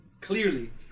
clearly